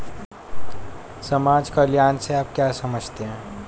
समाज कल्याण से आप क्या समझते हैं?